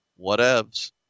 Whatevs